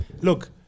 Look